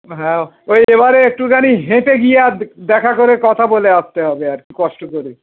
হ্যাঁ ওই এবারে একটুখানি হেঁটে গিয়ে আর দে দেখা করে কথা বলে আসতে হবে আর কি কষ্ট করে